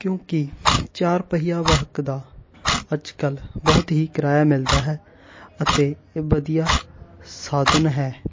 ਕਿਉਂਕਿ ਚਾਰ ਪਹੀਆ ਵਾਹਕ ਦਾ ਅੱਜ ਕੱਲ੍ਹ ਬਹੁਤ ਹੀ ਕਰਾਇਆ ਮਿਲਦਾ ਹੈ ਅਤੇ ਇਹ ਵਧੀਆ ਸਾਧਨ ਹੈ